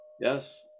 yes